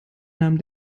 nahm